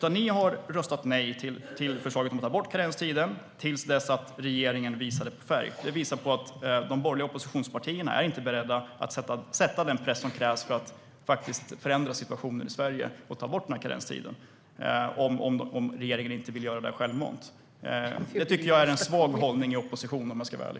Ni röstade nej till förslaget att ta bort karenstiden till dess att regeringen visade färg. Det visar att de borgerliga oppositionspartierna inte är beredda att sätta den press som krävs för att faktiskt förändra situationen i Sverige och ta bort karenstiden om regeringen inte vill göra det självmant. Det tycker jag är en svag hållning i opposition, om jag ska vara ärlig.